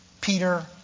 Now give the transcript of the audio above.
Peter